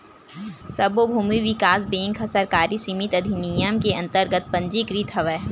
सब्बो भूमि बिकास बेंक ह सहकारी समिति अधिनियम के अंतरगत पंजीकृत हवय